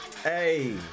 Hey